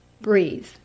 BREATHE